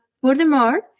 furthermore